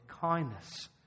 kindness